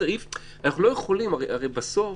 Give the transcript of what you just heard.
אנחנו לא יכולים, הרי בסוף